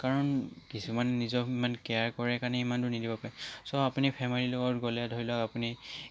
কাৰণ কিছুমান নিজক ইমান কেয়াৰ কৰে কাৰণে ইমান দূৰ নিদিব পাৰে ছ' আপুনি ফেমেলীৰ লগত গ'লে ধৰি লওক আপুনি